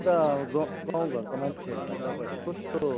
अन्त ग गाउँघरको मान्छेहरूलाई तपाईँहरूले कस्तो